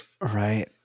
Right